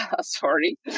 sorry